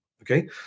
Okay